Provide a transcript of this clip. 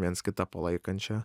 viens kitą palaikančią